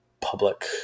public